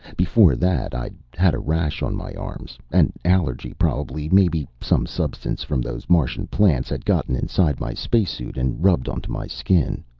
before that, i'd had a rash on my arms. an allergy, probably maybe some substance from those martian plants had gotten inside my spacesuit and rubbed onto my skin.